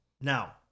Now